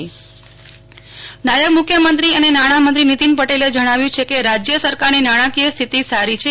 નેહ્લ ઠક્કર નાયબ મુ ખ્યમંત્રી નાયબ મુખ્યમંત્રી અને નાણામંત્રી નીતિન પટેલે જણાવ્યુ છે કે રાજય સરકારની નાણાંકીય સ્થિતિ સારી છે